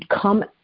come